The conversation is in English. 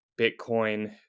Bitcoin